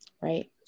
Right